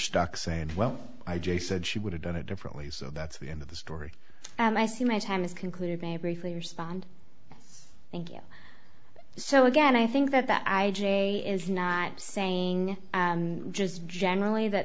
stuck saying well i j said she would have done it differently so that's the end of the story and i see my time is concluded may briefly respond thank you so again i think that that i j is not saying just generally that